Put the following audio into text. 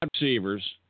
receivers